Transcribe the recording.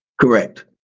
correct